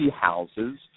houses